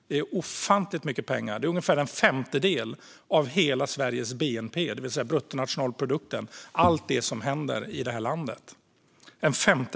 Det är ofantligt mycket pengar. Det är ungefär en femtedel av Sveriges hela bruttonationalprodukt, det vill säga allt det som händer i landet.